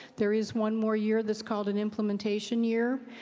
there is one more year that's called an implementation year.